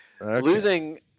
Losing